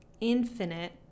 infinite